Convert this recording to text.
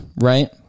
right